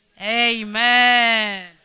Amen